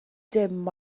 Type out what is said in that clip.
dim